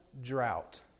drought